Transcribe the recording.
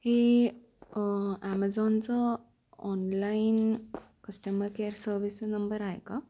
हे ॲमेझॉनचं online customer care service number आहे का